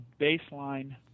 baseline